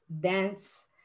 dance